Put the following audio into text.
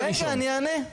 רגע, אני אענה.